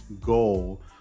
goal